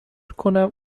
کنم